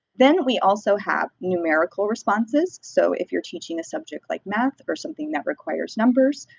then, we also have numerical responses, so if you're teaching a subject like math or something that requires numbers,